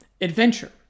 adventure